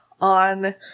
on